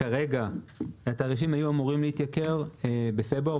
אמורים להתייקר בפברואר,